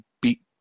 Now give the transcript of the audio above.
beat